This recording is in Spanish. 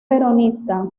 peronista